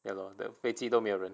ya lor the 飞机都没有人